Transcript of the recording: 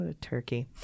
turkey